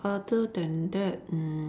other than that mm